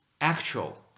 Actual